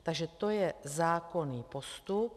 Takže to je zákonný postup.